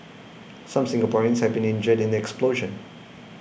some Singaporeans have been injured in the explosion